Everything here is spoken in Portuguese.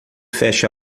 feche